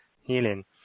healing